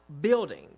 building